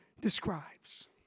describes